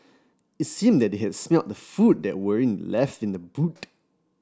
it seemed that they had smelt the food that were left in the boot